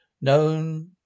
known